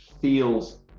feels